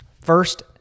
First